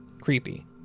Creepy